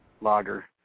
lager